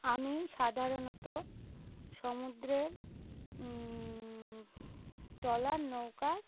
আমি সাধারণত সমুদ্রের ট্রলার নৌকার